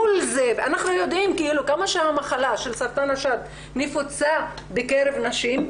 מול זה אנחנו יודעים כמה שהמחלה של סרטן השד נפוצה בקרב נשים,